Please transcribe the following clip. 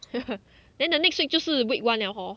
then the next week 就是 week one liao hor